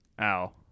Ow